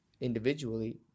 individually